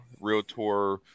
Realtor